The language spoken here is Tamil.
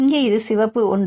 இங்கே இது சிவப்பு ஒன்று